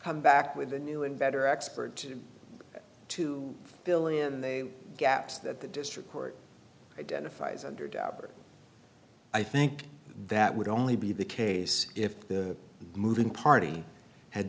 come back with a new and better expert to fill in the gaps that the district court identifies under dauber i think that would only be the case if the moving party had